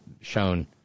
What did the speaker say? shown